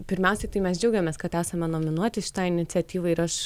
pirmiausiai tai mes džiaugiamės kad esame nominuoti šitai iniciatyvai ir aš